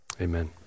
Amen